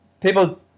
People